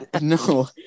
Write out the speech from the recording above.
No